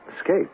Escape